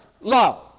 love